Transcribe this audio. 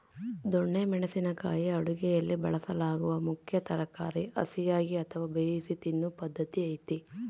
ದೊಣ್ಣೆ ಮೆಣಸಿನ ಕಾಯಿ ಅಡುಗೆಯಲ್ಲಿ ಬಳಸಲಾಗುವ ಮುಖ್ಯ ತರಕಾರಿ ಹಸಿಯಾಗಿ ಅಥವಾ ಬೇಯಿಸಿ ತಿನ್ನೂ ಪದ್ಧತಿ ಐತೆ